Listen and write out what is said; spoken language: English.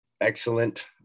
excellent